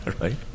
right